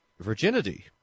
virginity